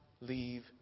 leave